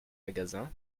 magasin